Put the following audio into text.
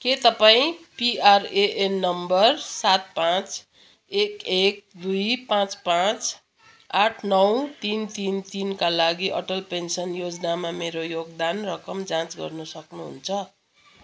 के तपाईँँ PRAN number सात पाँच एक एक दुई पाँच पाँच आठ नौ तिन तिन तिनका लागि अटल पेन्सन योजनामा मेरो योगदान रकम जाँच गर्नु सक्नु हुन्छ